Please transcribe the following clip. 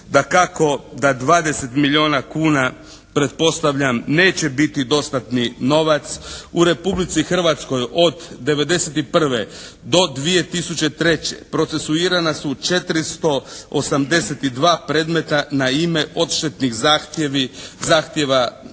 Dakako da 20 milijuna kuna pretpostavljam neće biti dostatni novac. U Republici Hrvatskoj od '91. do 2003. procesuirana su 482 predmeta na ime odštetnih zahtjeva za